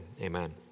amen